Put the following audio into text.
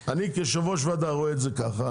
אני כיושב ועדה רואה את זה כך,